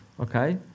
Okay